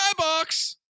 Skybox